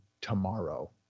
tomorrow